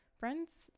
Friends